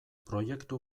proiektu